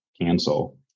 cancel